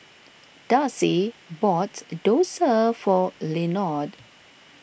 Darci bought Dosa for Lenord